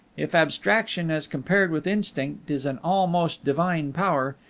if abstraction, as compared with instinct, is an almost divine power,